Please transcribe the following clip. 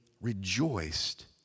rejoiced